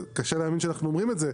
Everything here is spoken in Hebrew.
וקשה להאמין שאנחנו אומרים את זה,